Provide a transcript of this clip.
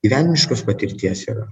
gyvenimiškos patirties yra